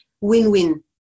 win-win